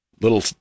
little